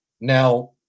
Now